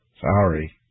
sorry